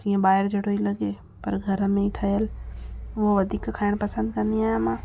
जीअं ॿाहिर जहिड़ो ई लॻे पर घर में ई ठहियल उहो वधीक खाइण पसंदि कंदी आहियां मां